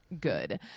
good